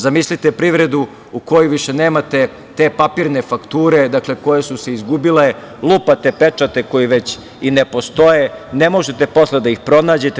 Zamislite privredu u kojoj više nemate te papirne fakture, dakle koje su se izgubile, lupate pečate koji već i ne postoje, ne možete posle da ih pronađete.